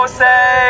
say